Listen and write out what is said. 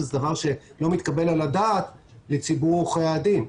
שזה דבר שלא מתקבל על הדעת לציבור עורכי הדין.